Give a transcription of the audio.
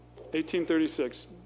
1836